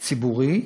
ציבורי,